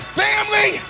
family